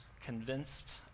convinced